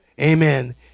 Amen